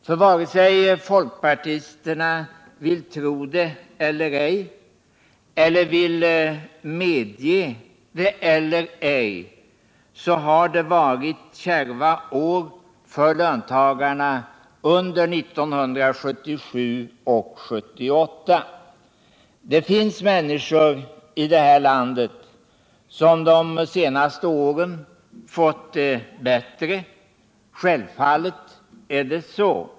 För vare sig folkpartisterna vill tro det eller ej — eller vill medge det eller ej — har det varit kärva år för löntagarna under 1977 och 1978. Det finns människor i det här landet som de senaste åren fått det bättre; självfallet är det så.